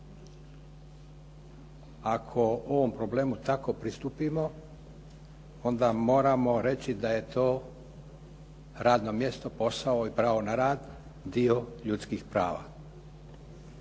Ako ovom problemu tako pristupimo, onda moramo reći da je to radno mjesto, posao i pravo na rad dio ljudskih prava.